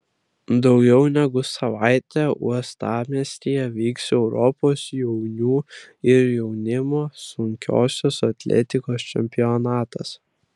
daugiau negu savaitę uostamiestyje vyks europos jaunių ir jaunimo sunkiosios atletikos čempionatas